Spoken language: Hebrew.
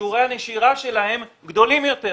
שיעורי הנשירה שלהם גדולים יותר.